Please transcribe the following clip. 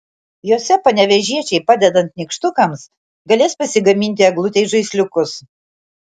jose panevėžiečiai padedant nykštukams galės pasigaminti eglutei žaisliukus